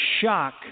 shock